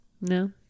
No